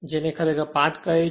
જેને ખરેખર આ પાથ કહે છે